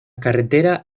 carretera